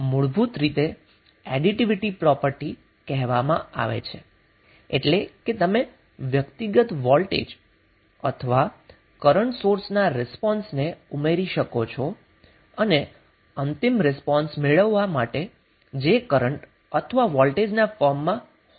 તેથી તેને મુળભુત રીતે એડીટીવીટી પ્રોપર્ટી કહેવામાં આવે છે એટલે કે તમે વ્યક્તિગત વોલ્ટેજ અથવા કરન્ટ સોર્સના રિસ્પોન્સ ઉમેરી શકો છો અને અંતિમ રિસ્પોન્સ મેળવવા માટે તે કરન્ટ અથવા વોલ્ટેજ ના ફોર્મ માં હોઈ શકે છે